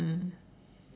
mm